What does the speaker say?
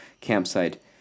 campsite